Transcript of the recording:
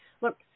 look